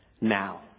now